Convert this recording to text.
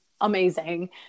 amazing